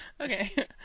Okay